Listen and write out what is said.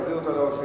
תחזיר אותו ל-OECD,